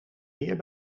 meer